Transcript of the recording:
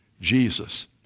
Jesus